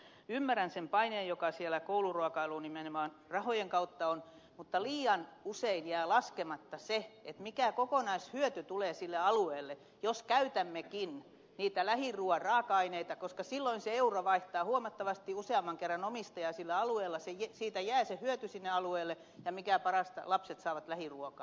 ymmärrän sen paineen joka siellä kouluruokailuun nimenomaan rahojen kautta on mutta liian usein jää laskematta se mikä kokonaishyöty tulee sille alueelle jos käytämmekin niitä lähiruuan raaka aineita koska silloin se euro vaihtaa huomattavasti useamman kerran omistajaa sillä alueella siitä jää se hyöty sinne alueelle ja mikä parasta lapset saavat lähiruokaa